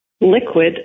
liquid